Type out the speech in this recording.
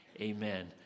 Amen